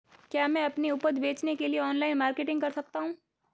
क्या मैं अपनी उपज बेचने के लिए ऑनलाइन मार्केटिंग कर सकता हूँ?